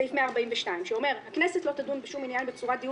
סעיף 142 שאומר: "הכנסת לא תדון בשום עניין בצורת דיון